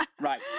Right